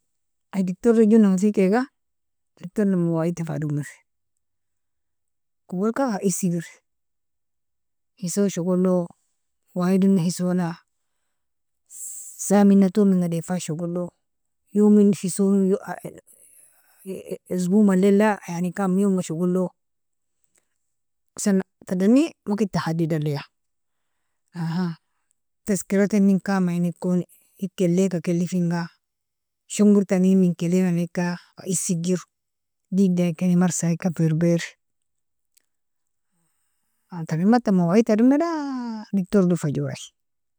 Ay diktor jonang firgikega diktorn mawiedta fadomir, awalka faisigir hison shogolo mawiedoni hisona saa minaton minga defan shogolo youmin hisona isboalila yani kam youmga shogolo tadani wagita hadidalia aha tskiratnin kamaenikon hikeleka, kelefinga shongertani minkelenerkia faisigir digdekani marsaeka firibir trinbata mawiedta domida diktorido fajori.